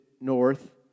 north